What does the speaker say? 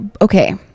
okay